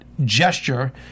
Gesture